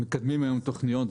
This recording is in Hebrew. מקדמים היום תכניות.